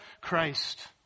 Christ